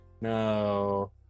No